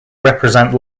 represent